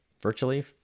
virtually